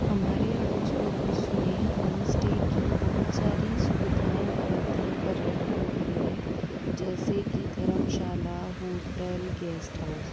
हमारे अडोस पड़ोस में होमस्टे की बहुत सारी सुविधाएँ उपलब्ध हैं पर्यटकों के लिए जैसे की धर्मशाला होटल गेस्ट हाउस